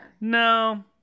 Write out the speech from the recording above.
no